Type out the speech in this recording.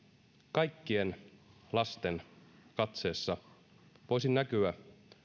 kaikkien lasten katseessa voisi näkyä